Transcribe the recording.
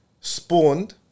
spawned